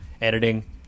editing